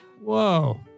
Whoa